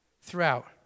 throughout